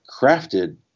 crafted